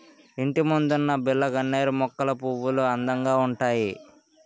ఇంటిముందున్న బిల్లగన్నేరు మొక్కల పువ్వులు అందంగా ఉంతాయి